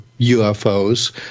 UFOs